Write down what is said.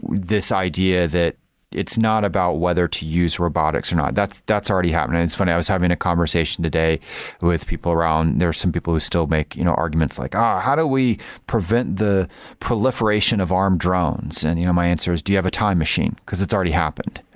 this idea that it's not about whether to use robotics or not. that's that's already happening. it's funny, i was having a conversation today with people around there are some people who still make you know arguments, like ah how do we prevent the proliferation of armed drones. and you know my answer is, do you have a time machine, because it's already happened.